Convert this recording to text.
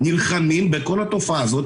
אנחנו נלחמים בכל התופעה הזאת,